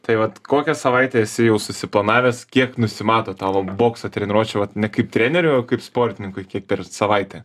tai vat kokią savaitę esi jau susiplanavęs kiek nusimato tavo bokso treniruočių vat ne kaip treneriui o kaip sportininkui kiek per savaitę